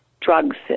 drugs